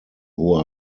who